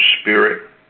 spirit